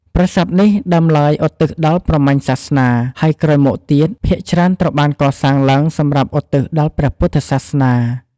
ប្រាសាទនេះដើមឡើយឧទ្ទិសដល់ព្រហ្មញ្ញសាសនា ហើយក្រោយមកទៀត ភាគច្រើនត្រូវបានកសាងឡើងសម្រាប់ឧទ្ទិសដល់ព្រះពុទ្ធសាសនា។